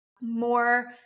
more